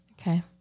Okay